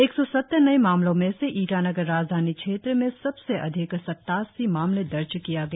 एक सौ सत्तर नए मामलों में से ईटानगर राजधानी क्षेत्र से सबसे अधिक सत्तासी मामले दर्ज किया गया